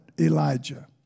Elijah